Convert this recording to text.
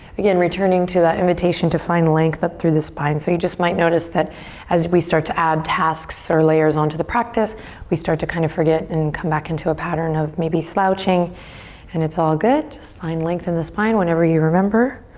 again, returning to that invitation to find length up through the spine. so you just might notice that as we start to add tasks or layers on to the practice we start to kind of forget and come back into a pattern of maybe slouching and it's all good. just find length in the spine whenever you remember.